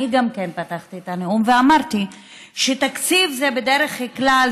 אני גם כן פתחתי את הנאום ואמרתי שתקציב בדרך כלל